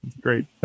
Great